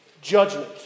Judgment